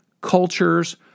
cultures